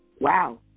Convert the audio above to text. wow